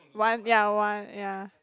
one ya one ya